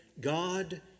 God